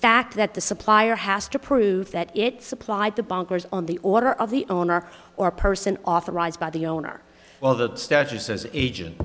fact that the supplier has to prove that it supplied the bankers on the order of the owner or person authorized by the owner well the statute says agent